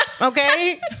okay